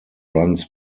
runs